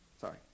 Sorry